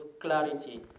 clarity